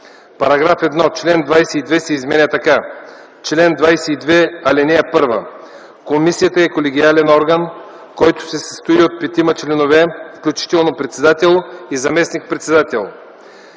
„§ 1. Член 22 се изменя така: „Чл. 22. (1) Комисията е колегиален орган, който се състои от петима членове, включително председател и заместник-председател.